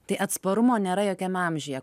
tai atsparumo nėra jokiame amžiuje